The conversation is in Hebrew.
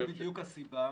זאת בדיוק הסיבה